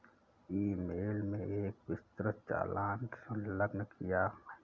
ई mail में एक विस्तृत चालान संलग्न किया है